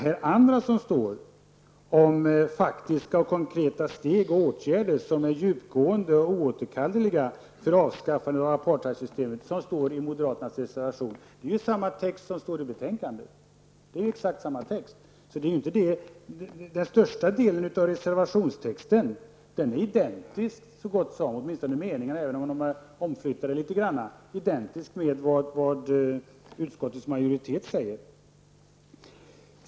Det andra om ''faktiska och konkreta steg och åtgärder, som är djupgående och oåterkalleliga, för avskaffande av apartheidsystemet'', som också står i moderaternas reservation, är detsamma som står i majoritetstexten. Den största delen av reservationstexten är så gott som identisk, även om meningarna är litet omflyttade, med vad utskottsmajoriteten skriver.